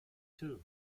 too